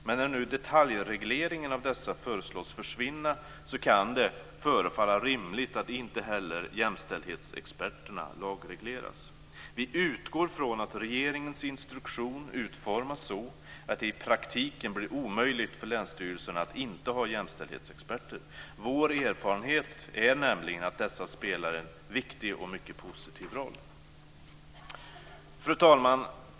Men när nu detaljregleringen av dessa föreslås försvinna kan det förefalla rimligt att inte heller jämställdhetsexperterna lagregleras. Vi utgår från att regeringens instruktion utformas så att det i praktiken blir omöjligt för länsstyrelserna att inte ha jämställdhetsexperter. Vår erfarenhet är att dessa spelar en viktig och mycket positiv roll. Fru talman!